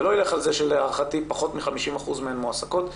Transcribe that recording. ולא אלך על זה שלהערכתי פחות מ-50% מהן מועסקות,